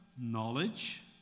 knowledge